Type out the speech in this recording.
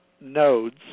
nodes